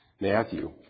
Matthew